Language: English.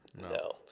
No